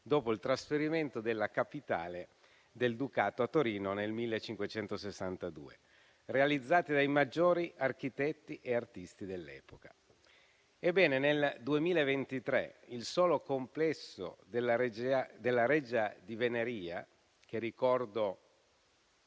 dopo il trasferimento della capitale del ducato a Torino nel 1562, realizzate dai maggiori architetti e artisti dell'epoca. Ebbene, nel 2023, il solo complesso della Reggia di Venaria, che ricordo